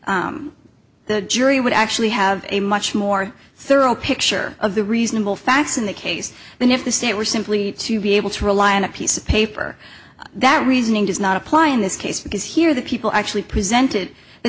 chemist the jury would actually have a much more thorough picture of the reasonable facts in the case than if the state were simply to be able to rely on a piece of paper that reasoning does not apply in this case because here the people actually presented the